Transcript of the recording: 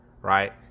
right